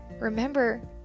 Remember